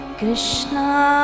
Krishna